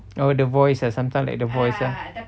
oh the voice ah sometimes like the voice lah